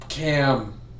Cam